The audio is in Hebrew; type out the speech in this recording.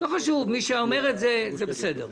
מי שאומר את זה זה בסדר,